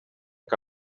que